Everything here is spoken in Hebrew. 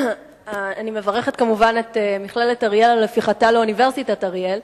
אני מברכת כמובן את מכללת אריאל על הפיכתה לאוניברסיטת אריאל,